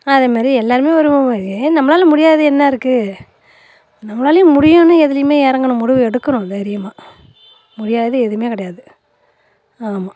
அதேமாரி எல்லாருமே ஒரு ஏன் நம்மளால் முடியாதது என்ன இருக்குது நம்மளாலையும் முடியும்னு எதிலையுமே இறங்கணும் முடிவு எடுக்கணும் தைரியமாக முடியாதது எதுவுமே கிடையாது ஆமாம்